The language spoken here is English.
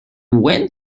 went